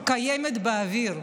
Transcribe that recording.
קיימת באוויר,